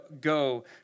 go